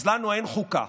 אז לנו אין חוקה,